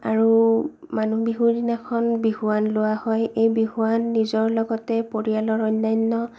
আৰু মানুহ বিহুৰ দিনাখন বিহুৱান লোৱা হয় এই বিহুৱান নিজৰ লগতে পৰিয়ালৰ অন্যান্য